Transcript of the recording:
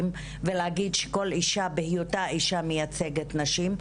ולהגיד שכל אישה בהיותה אישה מייצגת נשים.